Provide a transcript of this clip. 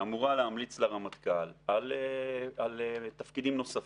שאמורה להמליץ לרמטכ"ל על תפקידים נוספים.